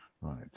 right